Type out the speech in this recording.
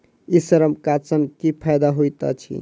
ई श्रम कार्ड सँ की फायदा होइत अछि?